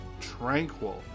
Tranquil